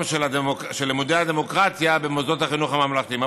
של לימודי הדמוקרטיה במוסדות החינוך הממלכתיים.